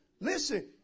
Listen